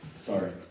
Sorry